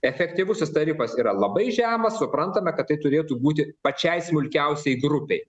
efektyvusis tarifas yra labai žemas suprantame kad tai turėtų būti pačiai smulkiausiai grupei